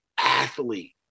athlete